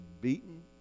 beaten